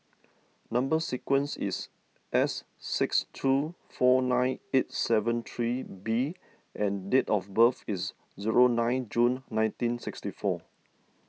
Number Sequence is S six two four nine eight seven three B and date of birth is zero nine June nineteen sixty four